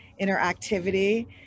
interactivity